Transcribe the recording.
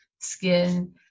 skin